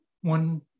One